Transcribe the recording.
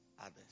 others